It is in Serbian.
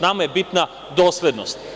Nama je bitna doslednost.